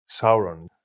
Sauron